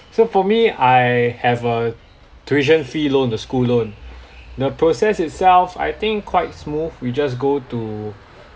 so for me I have a tuition fee loan the school loan the process itself I think quite smooth you just go to